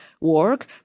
work